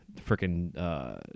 freaking